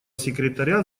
секретаря